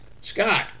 Scott